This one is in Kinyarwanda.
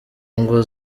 ngo